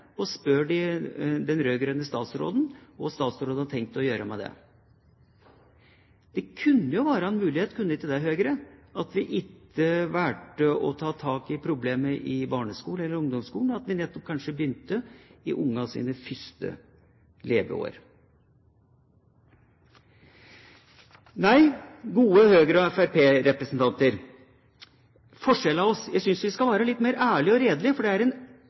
og spør den rød-grønne statsråden hva hun har tenkt å gjøre med det. Det kunne jo være en mulighet, Høyre, at vi ikke valgte å ta tak i problemet først i barneskolen eller i ungdomsskolen, men at vi kanskje begynte nettopp i ungenes første leveår. Nei, dette er forskjellen mellom oss, gode Høyre- og Fremskrittsparti-representanter. Jeg synes vi skal være litt mer ærlige og redelige, det er en